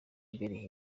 mbere